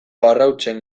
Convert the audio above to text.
arrautzen